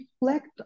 reflect